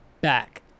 back